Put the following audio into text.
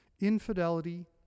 Infidelity